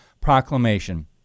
proclamation